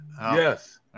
Yes